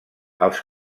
els